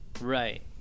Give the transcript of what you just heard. Right